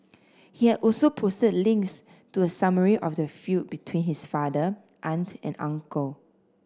he had also posted links to a summary of the feud between his father aunt and uncle